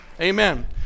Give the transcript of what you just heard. Amen